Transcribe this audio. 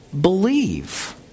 believe